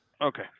Okay